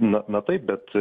na na taip bet